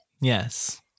Yes